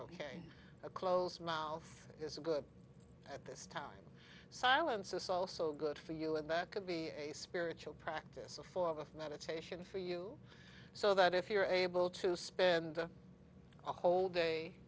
a close mouth is good at this time silence is also good for you and that could be a spiritual practice a form of meditation for you so that if you're able to spend a whole day